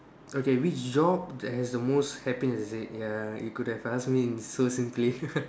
okay which job that has the most happiness is it ya you could have asked me so simply